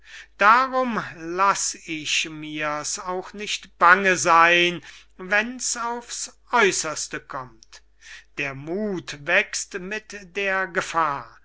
darum laß ich mir's auch nicht bange seyn wenn's auf's äusserste kommt der muth wächst mit der gefahr